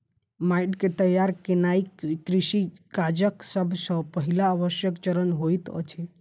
माइट के तैयार केनाई कृषि काजक सब सॅ पहिल आवश्यक चरण होइत अछि